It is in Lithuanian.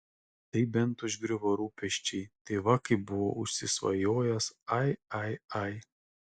tai bent užgriuvo rūpesčiai tai va kaip buvo užsisvajojęs ai ai ai